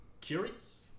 curious